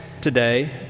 today